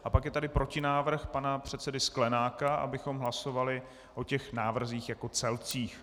A pak je tady protinávrh pana předsedy Sklenáka, abychom hlasovali o návrzích jako celcích.